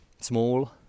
small